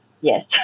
yes